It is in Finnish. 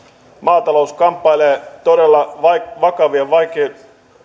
maata lous kamppailee todella